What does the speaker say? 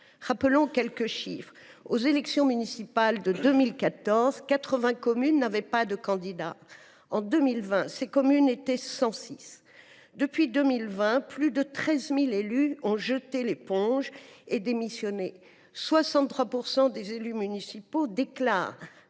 Rappelons quelques chiffres : aux élections municipales de 2014, 80 communes n’avaient pas de candidat ; en 2021, ces communes étaient 106. Depuis 2020, plus de 13 000 élus ont jeté l’éponge en démissionnant, et 63 % des élus municipaux déclarent